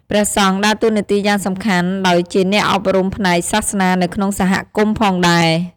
ព្រះសង្ឃដើរតួនាទីយ៉ាងសំខាន់ដោយជាអ្នកអប់រំផ្នែកសាសនានៅក្នុងសហគមន៍ផងដែរ។